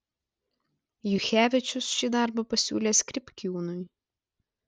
juchevičius šį darbą pasiūlė skripkiūnui